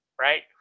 right